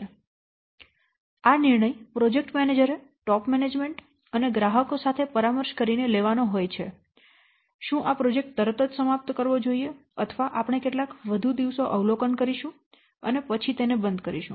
તેથી આ નિર્ણય પ્રોજેક્ટ મેનેજરે ટોપ મેનેજમેન્ટ અને ગ્રાહકો સાથે પરામર્શ કરીને લેવાનો હોય છે શું આ પ્રોજેક્ટ તરત જ સમાપ્ત કરવો જોઈએ અથવા આપણે કેટલાક વધુ દિવસો અવલોકન કરીશું અને પછી તેને બંધ કરીશું